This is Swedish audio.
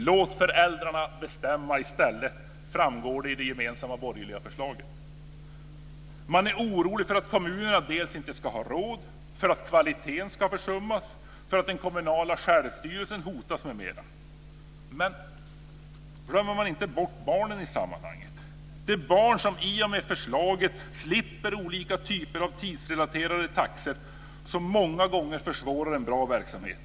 "Låt föräldrarna bestämma i stället" är vad som framgår av det gemensamma borgerliga förslaget. Man är orolig för att kommunerna inte ska ha råd, för att kvaliteten ska försummas, för att den kommunala självstyrelsen hotas m.m. Men glömmer man inte bort barnen i sammanhanget - de barn som i och med förslaget slipper olika typer av tidsrelaterade taxor som många gånger försvårar en bra verksamhet?